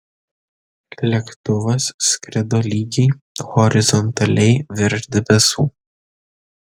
lėktuvas skrido lygiai horizontaliai virš debesų